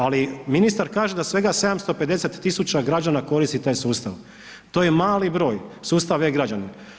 Ali ministar kaže da svega 750.000 građana koristi taj sustav, to je mali broj, sustav e-Građani.